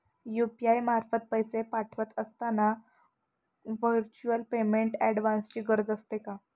UPI मार्फत पैसे पाठवत असताना व्हर्च्युअल पेमेंट ऍड्रेसची गरज असते का?